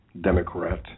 Democrat